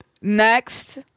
Next